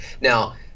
now